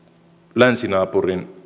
länsinaapurin